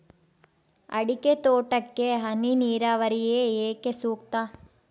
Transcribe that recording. ಅಡಿಕೆ ತೋಟಕ್ಕೆ ಹನಿ ನೇರಾವರಿಯೇ ಏಕೆ ಸೂಕ್ತ?